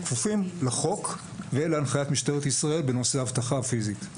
כפופים לחוק ולהנחיית משטרת ישראל בנושא האבטחה הפיסית.